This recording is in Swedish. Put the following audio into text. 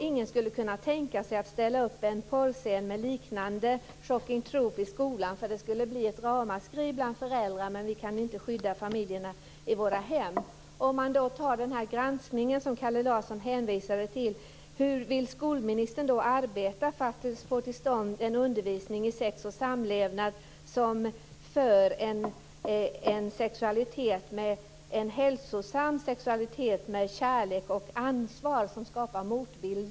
Ingen skulle kunna tänka sig att sätta upp en porrscen liknande Shocking truth i skolan. Det skulle bli ett ramaskri bland föräldrarna. Men vi kan inte skydda familjerna i våra hem. Ta den granskning som Kalle Larsson hänvisade till. Hur vill skolministern arbeta för att få till stånd en undervisning i sex och samlevnad om en hälsosam sexualitet med kärlek och ansvar som motbild?